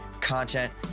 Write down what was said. content